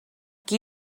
qui